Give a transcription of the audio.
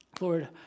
Lord